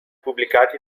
pubblicati